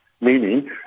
Meaning